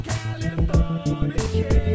California